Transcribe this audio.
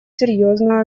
серьезную